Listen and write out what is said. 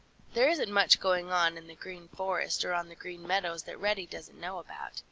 there isn't much going on in the green forest or on the green meadows that reddy doesn't know about.